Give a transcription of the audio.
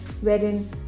Wherein